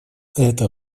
это